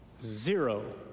zero